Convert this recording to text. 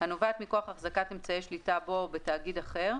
הנובעת מכוח החזקת אמצעי שליטה בו או בתאגיד אחר,